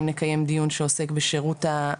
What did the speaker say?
אני לא רופא,